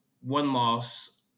one-loss